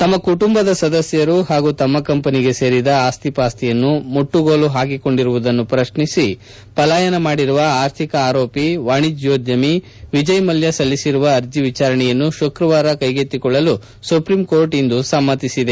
ತಮ್ಮ ಕುಟುಂಬದ ಸದಸ್ಯರು ಹಾಗೂ ತಮ್ಮ ಕಂಪನಿಗೆ ಸೇರಿದ ಆಸ್ತಿಪಾಸ್ತಿಯನ್ನು ಮುಟ್ಟುಗೋಲು ಪಾಕಿಕೊಂಡಿರುವುದನ್ನು ಪ್ರತ್ನಿಸಿ ಪಲಾಯನ ಮಾಡಿರುವ ಆರ್ಥಿಕ ಆರೋಪಿ ವಾಣಿಜ್ಯೋದ್ಯಮಿ ವಿಜಯ್ ಮಲ್ಯಾ ಸಲ್ಲಿಸಿರುವ ಅರ್ಜೆಯ ವಿಚಾರಣೆಯನ್ನು ಶುಕ್ರವಾರ ಕೈಗೆತ್ತಿಕೊಳ್ಳಲು ಸುಪ್ರೀಂಕೋರ್ಟ್ ಇಂದು ಸಮ್ಮತಿಸಿದೆ